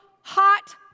hot